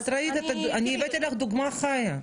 אני הבאתי לך דוגמה חיה.